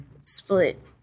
split